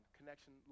connection